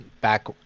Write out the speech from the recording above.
back